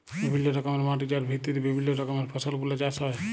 বিভিল্য রকমের মাটি যার ভিত্তিতে বিভিল্য রকমের ফসল গুলা চাষ হ্যয়ে